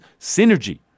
synergy